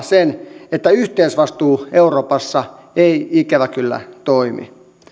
sen että yhteisvastuu euroopassa ei ikävä kyllä toimi